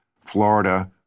Florida